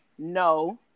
no